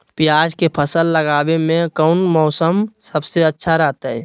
प्याज के फसल लगावे में कौन मौसम सबसे अच्छा रहतय?